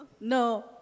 No